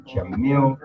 Jamil